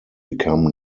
become